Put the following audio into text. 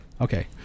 Okay